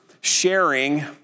sharing